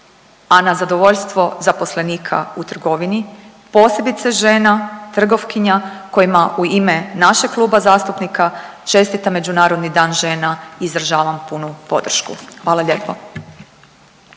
a na zadovoljstvo zaposlenika u trgovini posebice žena trgovkinja kojima u ime našeg Kluba zastupnika čestitam Međunarodni dan žena i izražavam punu podršku. Hvala lijepo.